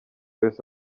wese